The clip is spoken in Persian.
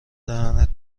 دهنت